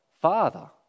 Father